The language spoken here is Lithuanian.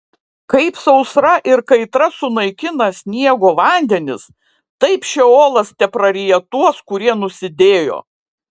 kaip sausra ir kaitra sunaikina sniego vandenis taip šeolas tepraryja tuos kurie nusidėjo